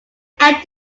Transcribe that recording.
entered